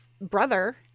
brother